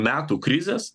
metų krizės